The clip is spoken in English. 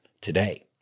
today